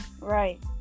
Right